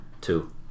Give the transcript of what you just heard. Two